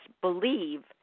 believe